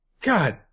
God